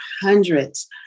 hundreds